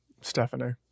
Stephanie